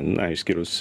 na išskyrus